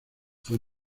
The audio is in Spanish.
fue